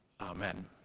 Amen